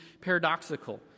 paradoxical